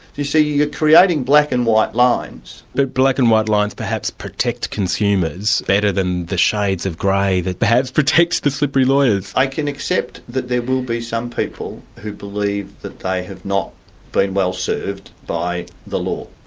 you see, you're creating black and white lines. but black and white lines perhaps protect consumers better than the shades of grey that perhaps protects the slippery lawyers. i can accept that there will be some people who believe that they have not been well served by the law,